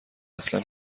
اصلا